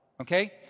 Okay